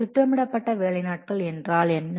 திட்டமிடப்பட்ட வேலை நாட்கள் என்றால் என்ன